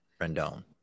Rendon